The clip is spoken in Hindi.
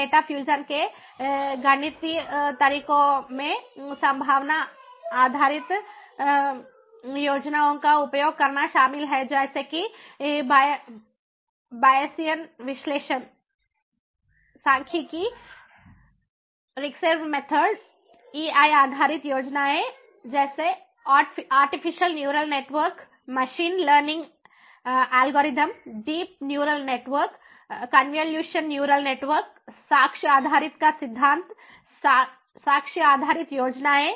डेटा फ़्यूज़न के गणितीय तरीकों में संभावना आधारित योजनाओं का उपयोग करना शामिल है जैसे कि बायेसियन विश्लेषण सांख्यिकी रिकर्सिव मेथड ईआई आधारित योजनाएं जैसे artificial neural network machine learning algorithm deep neural network convolutional neural network साक्ष्य आधारित का सिद्धांत साक्ष्य आधारित योजनाएँ